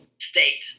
State